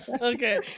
Okay